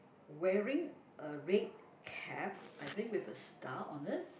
wearing a red cap I think with a star on it